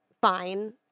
fine